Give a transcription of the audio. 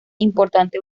importante